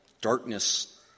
darkness